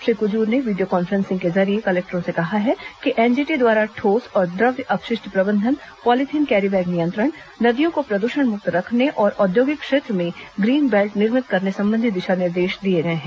श्री कुजूर ने video conferencing के जरिये कलेक्टरों से कहा कि एनजीटी द्वारा ठोस और द्रव्य अपशिष्ट प्रबंधन पॉलीथिन कैरीबैग नियंत्रण नदियों को प्रद्षण मुक्त रखने और औद्योगिक क्षेत्र में ग्रीन बेल्ट निर्मित करने संबंधी दिशा निर्देश दिए गए हैं